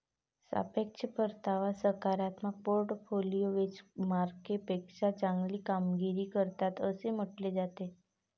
सापेक्ष परतावा सकारात्मक पोर्टफोलिओ बेंचमार्कपेक्षा चांगली कामगिरी करतात असे म्हटले जाते